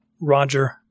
Roger